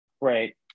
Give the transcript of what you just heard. right